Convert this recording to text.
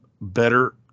better